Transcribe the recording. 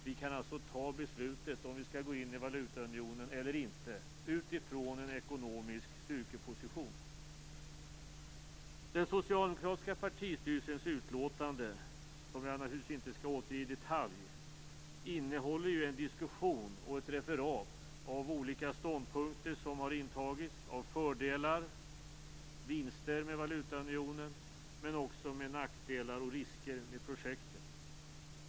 Vi kan alltså fatta beslutet om vi skall gå in i valutaunionen eller inte utifrån en ekonomisk styrkeposition. Den socialdemokratiska partistyrelsens utlåtande, som jag naturligtvis inte skall återge i detalj, innehåller en diskussion och ett referat av olika ståndpunkter som intagits, av fördelar, vinster med valutaunionen men också nackdelar och risker med projektet.